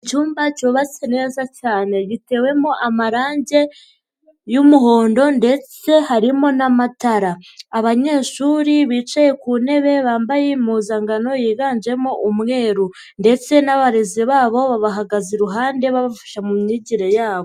Icyumba cyubatse neza cyane gitewemo amarangi y'umuhondo ndetse harimo n'amatara, abanyeshuri bicaye ku ntebe bambaye impuzankano yiganjemo umweru ndetse n'abarezi babo babahagaze iruhande babafasha mu myigire yabo.